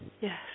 Yes